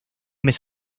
mes